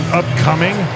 upcoming